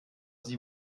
sie